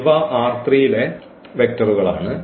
ഇവ ലെ വെക്റ്ററുകൾ ആണ്